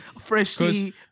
freshly